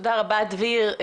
תודה רבה, דביר.